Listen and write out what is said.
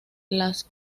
las